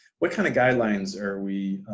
what kind of guidelines are we